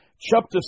chapter